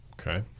Okay